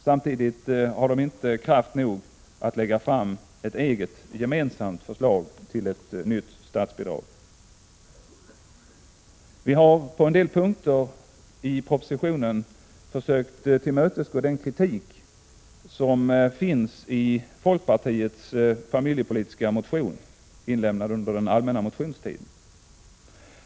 Samtidigt har de inte kraft nog att lägga fram ett eget gemensamt förslag till ett nytt statsbidrag. Vi har på en del punkter i propositionen försökt tillmötesgå den kritik som finns i folkpartiets familjepolitiska motion, inlämnad under den allmänna motionstiden.